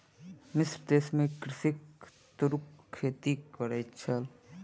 मिस्र देश में कृषक तूरक खेती करै छल